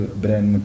brand